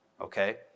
okay